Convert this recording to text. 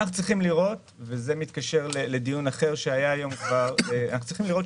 ואנחנו צריכים לראות וזה מתקשר לדיון אחר שהיה היום שתמלוגי